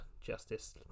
Justice